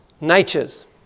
natures